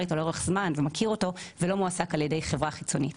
איתו לאורך זמן ומכיר אותו ולא מועסק על ידי חברה חיצונית.